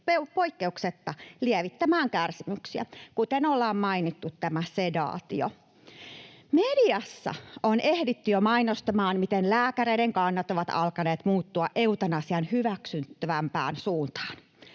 poikkeuksetta lievittämään kärsimyksiä, kuten on mainittu tämä sedaatio. Mediassa on jo ehditty mainostamaan, miten lääkäreiden kannat ovat alkaneet muuttua eutanasian hyväksyvämpään suuntaan.